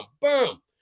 boom